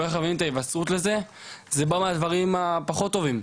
זה בא מהדברים הפחות טובים,